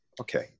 okay